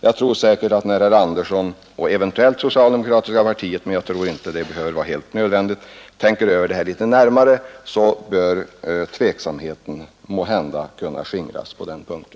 När herr Andersson i Billingsfors och eventuellt socialdemokratiska partiet — tänker över det här litet närmare, kan tveksamheten måhända skingras på den punkten.